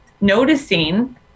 noticing